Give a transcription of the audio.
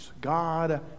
God